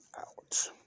out